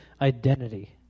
identity